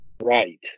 right